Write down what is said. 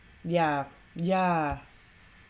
yeah yeah